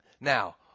Now